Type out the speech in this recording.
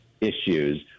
issues